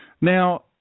Now